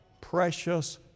precious